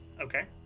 Okay